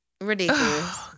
Ridiculous